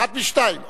אחת משתיים,